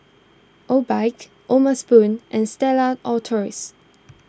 Obike O'ma Spoon and Stella Artois